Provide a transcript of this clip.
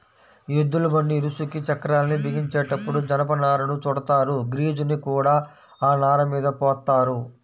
ఎద్దుల బండి ఇరుసుకి చక్రాల్ని బిగించేటప్పుడు జనపనారను చుడతారు, గ్రీజుని కూడా ఆ నారమీద పోత్తారు